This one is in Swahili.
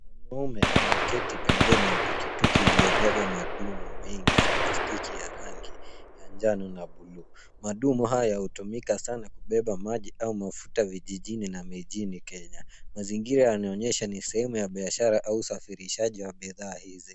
Dume ameketi pembeni ya pikipiki iliyobeba madumu mengi ya plastiki ya rangi ya njano na buluu. Madumu haya hutumika sana kubeba maji au mafuta vijijini au mijini Kenya. Mazingira yanaonyesha ni sehemu ya biashara au usafirishaji wa bidhaa hizi.